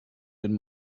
den